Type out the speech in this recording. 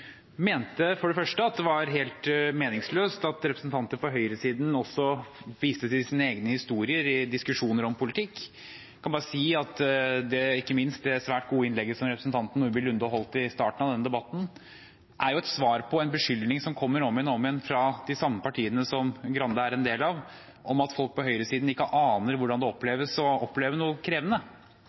for det første mente at det var helt meningsløst at representanter for høyresiden også viste til sine egne historier i diskusjoner om politikk. Jeg kan bare si at ikke minst det svært gode innlegget som representanten Nordby Lunde holdt i starten av denne debatten, er et svar på en beskyldning som kommer om igjen og om igjen fra de samme partiene som Grande er en del av, om at folk på høyresiden ikke aner hvordan det oppleves å oppleve noe krevende.